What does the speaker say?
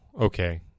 okay